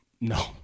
No